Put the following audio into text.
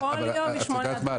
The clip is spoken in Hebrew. אבל את יודעת מה,